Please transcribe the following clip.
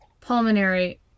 pulmonary